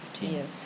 Yes